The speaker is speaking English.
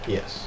Yes